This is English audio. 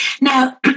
Now